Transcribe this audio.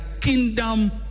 kingdom